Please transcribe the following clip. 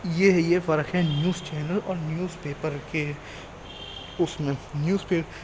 یہ ہے یہ فرق ہے نیوز چینل اور نیوز پیپر کے اس میں نیوز پہ